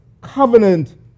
covenant